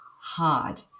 hard